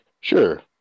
sure